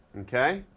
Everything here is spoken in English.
okay?